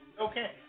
Okay